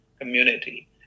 community